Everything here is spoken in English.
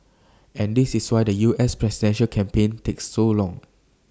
and this is why the U S presidential campaign takes so long